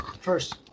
first